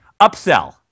upsell